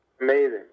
Amazing